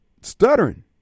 stuttering